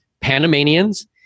Panamanians